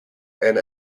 and